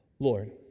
Lord